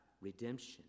redemption